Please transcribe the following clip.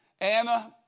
Anna